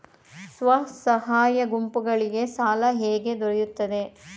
ಸ್ವಸಹಾಯ ಗುಂಪುಗಳಿಗೆ ಸಾಲ ಹೇಗೆ ದೊರೆಯುತ್ತದೆ?